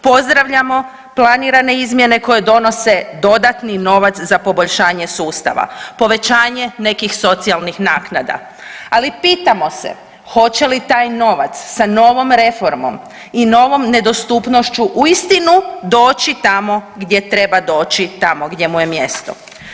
Pozdravljamo planirane izmjene koje donose dodatni novac za poboljšanje sustava, povećanje nekih socijalnih naknada, ali pitamo se hoće li taj novac sa novom reformom i novom nedostupnošću uistinu doći tamo gdje treba doći tamo gdje mu je mjesto?